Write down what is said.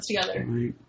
together